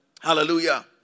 Hallelujah